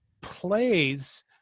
plays